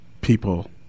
people